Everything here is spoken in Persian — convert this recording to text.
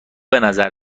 بنظر